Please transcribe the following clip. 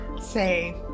say